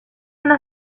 una